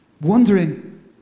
wondering